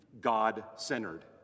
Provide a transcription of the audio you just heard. God-centered